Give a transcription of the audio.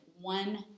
One